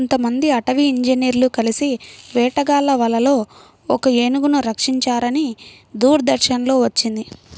కొంతమంది అటవీ ఇంజినీర్లు కలిసి వేటగాళ్ళ వలలో ఒక ఏనుగును రక్షించారని దూరదర్శన్ లో వచ్చింది